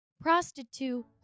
Prostitute